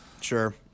Sure